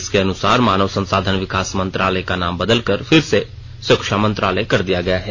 इसके अनुसार मानव संसाधन विकास मंत्रालय का नाम बदलकर फिर से शिक्षा मंत्रालय कर दिया गया हैं